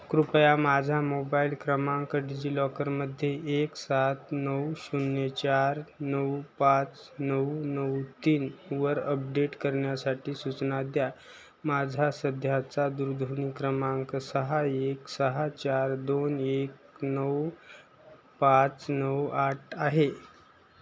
कृपया माझा मोबाईल क्रमांक डिजिलॉकरमध्ये एक सात नऊ शून्य चार नऊ पाच नऊ नऊ तीनवर अपडेट करण्यासाठी सूचना द्या माझा सध्याचा दूरध्वनी क्रमांक सहा एक सहा चार दोन एक नऊ पाच नऊ आठ आहे